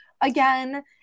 again